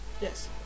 Yes